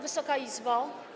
Wysoka Izbo!